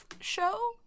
show